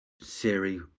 Siri